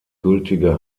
gültige